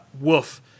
Woof